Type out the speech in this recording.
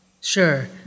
Sure